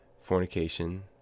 Fornication